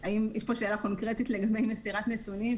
האם יש פה שאלה קונקרטית לגבי מסירת נתונים,